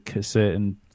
certain